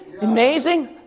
Amazing